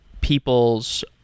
people's